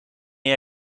jij